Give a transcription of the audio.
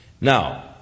Now